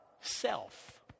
self